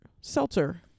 seltzer